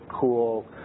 cool